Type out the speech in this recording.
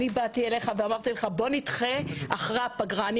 אני באתי אליך ואמרתי לך בוא נדחה לאחרי הפגרה - אני